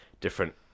different